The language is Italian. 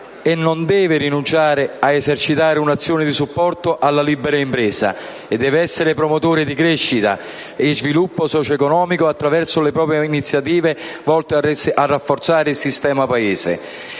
e non deve rinunciare ad esercitare un'azione di supporto alla libera impresa, ma deve essere promotore di crescita e sviluppo socio-economico, attraverso le proprie iniziative volte a rafforzare il sistema Paese.